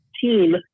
team